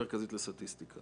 ניתוח סטטיסטי.